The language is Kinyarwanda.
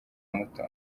muto